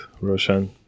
Roshan